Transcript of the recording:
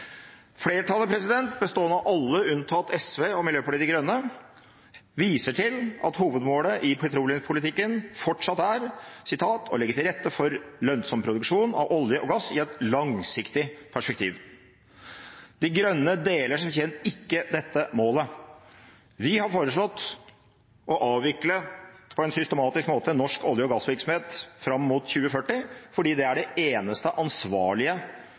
Flertallet, bestående av alle unntatt SV og Miljøpartiet De Grønne, viser til at hovedmålet i petroleumspolitikken fortsatt er «å legge til rette for lønnsom produksjon av olje og gass i et langsiktig perspektiv». De Grønne deler som kjent ikke dette målet. Vi har foreslått å avvikle på en systematisk måte norsk olje- og gassvirksomhet fram mot 2040, fordi det er det eneste ansvarlige